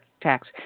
tax